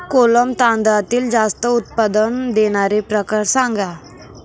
कोलम तांदळातील जास्त उत्पादन देणारे प्रकार सांगा